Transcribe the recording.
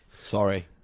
sorry